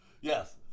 Yes